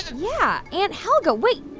yeah, aunt helga. wait.